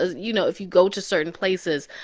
ah you know, if you go to certain places.